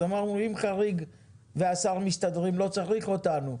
אז אמרנו אם חריג והשר מסתדרים לא צריך אותנו.